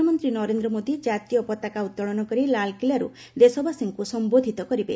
ପ୍ରଧାନମନ୍ତ୍ରୀ ନରେନ୍ଦ୍ର ମୋଦୀ ଜାତୀୟ ପତାକା ଉତ୍ତୋଳନ କରି ଲାଲ୍କିଲାରୁ ଦେଶବାସୀଙ୍କୁ ସମ୍ଭୋଧିତ କରିବେ